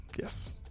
Yes